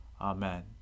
Amen